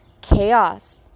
chaos